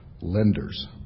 lenders